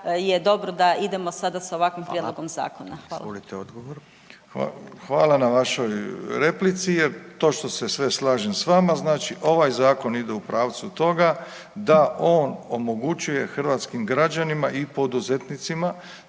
Izvolite odgovor. **Milatić, Ivo** Hvala na vašoj replici jer točno se sve slažem s vama. Znači ovaj zakon ide u pravcu toga da on omogućuje hrvatskim građanima i poduzetnicima